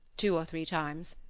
two or three times,